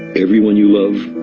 everyone you love,